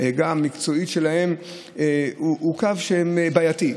בעגה המקצועית שלהם הוא קו בעייתי.